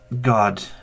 God